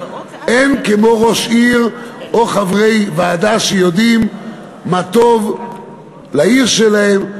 אין כמו ראש עיר או חברי ועדה שיודעים מה טוב לעיר שלהם,